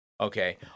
Okay